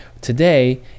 today